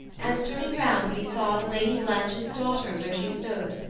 and turning round we saw the lady blanche's daughter where she stood,